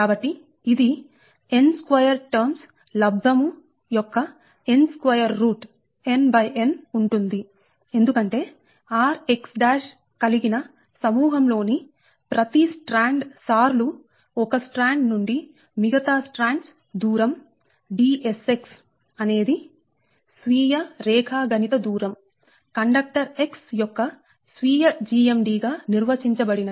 కాబట్టిఇది n2 terms లబ్ధము యొక్క n2 రూట్ nxn ఉంటుంది ఎందుకంటే rx కలిగిన సమూహం లో ని ప్రతి స్ట్రాండ్ సార్లు ఒక స్ట్రాండ్ నుండి మిగతా స్ట్రాండ్స్ దూరం Dsx అనేది స్వీయ రేఖా గణిత దూరం కండక్టర్ X యొక్క స్వీయ GMD గా నిర్వచించబడింది